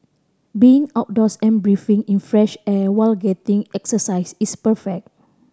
being outdoors and breathing in fresh air while getting exercise is perfect